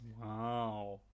wow